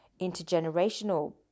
intergenerational